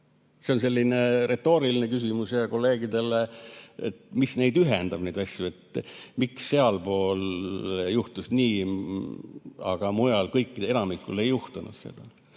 See on selline retooriline küsimus kolleegidele, et mis ühendab neid asju, et miks sealpool juhtus nii, aga mujal enamikul ei juhtunud.